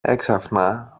έξαφνα